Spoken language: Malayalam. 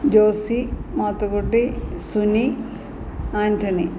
ജോസി മാത്തുക്കുട്ടി സുനി ആൻറ്റണി